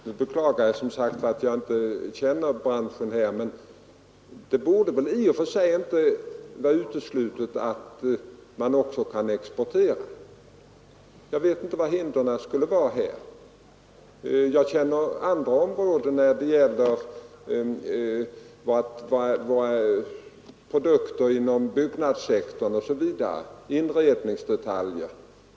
Herr talman! Jag beklagar att jag inte känner till branschen, men i och för sig borde det inte vara uteslutet att man också kan exportera. Jag vet inte vilka hindren skulle vara. Jag känner bättre andra områden inom träsektorn, tillverkning av byggnadsprodukter och inredningsdetaljer.